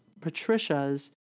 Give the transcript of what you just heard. Patricia's